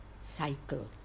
cycle